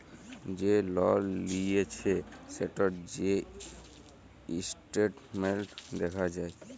যে লল লিঁয়েছে সেটর যে ইসট্যাটমেল্ট দ্যাখা যায়